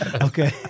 Okay